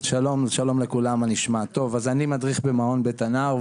שלום לכולם, אני מדריך במעון בית הנער.